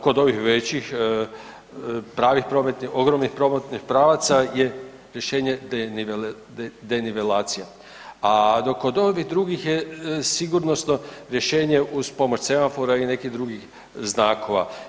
Kod ovih većih pravih, ogromnih prometnih pravaca je rješenje denivelacija, a dok kod ovih drugih je sigurnosno rješenje uz pomoć semafora ili nekih drugih znakova.